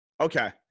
Okay